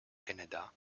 canada